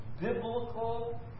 biblical